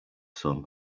son